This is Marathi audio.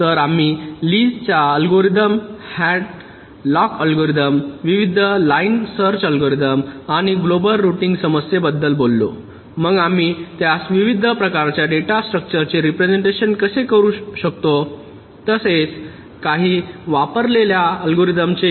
तर आम्ही लीस Lee's च्या अल्गोरिदम हॅडलॉक अल्गोरिदम विविध लाईन सर्च अल्गोरिदम आणि ग्लोबल रूटिंग समस्येबद्दल बोललो मग आम्ही त्यास विविध प्रकारच्या डेटा स्ट्रक्चर्सचे रेप्रेसेंटेशन कसे करू शकतो तसेच काही वापरलेल्या अल्गोरिदम चे